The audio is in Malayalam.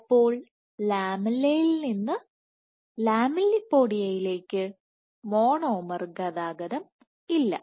അപ്പോൾ ലാമെല്ലയിൽ നിന്ന് ലാമെല്ലിപോഡിയയിലേക്ക് മോണോമർ ഗതാഗതമില്ല